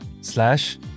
slash